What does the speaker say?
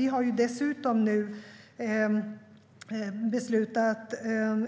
Vi har dessutom nu beslutat att